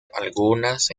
algunas